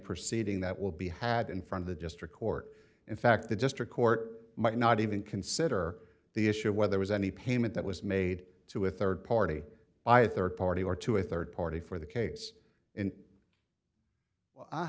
proceeding that will be had in front of the district court in fact the district court might not even consider the issue of whether there was any payment that was made to a rd party either party or to a rd party for the case